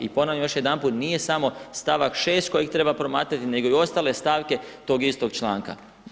I ponavljam još jedanput, nije samo stavak 6. kojeg treba promatrati nego i ostale stavke tog istog članka.